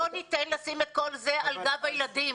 לא ניתן לשים את כל זה על גב הילדים.